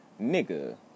nigga